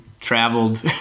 traveled